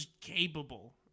capable